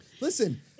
Listen